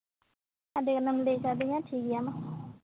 ᱟᱹᱰᱤ ᱟᱭᱢᱟᱢ ᱞᱟᱹᱭ ᱠᱟᱫᱤᱧᱟᱹ ᱴᱷᱤᱠ ᱜᱮᱭᱟ ᱢᱟ